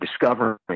discovering